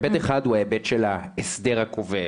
היבט אחד הוא ההיבט של ההסדר הכובל.